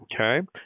Okay